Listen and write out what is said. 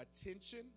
Attention